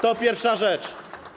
To pierwsza rzecz.